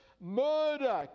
murder